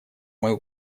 мою